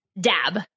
dab